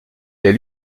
les